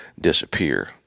disappear